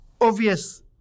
obvious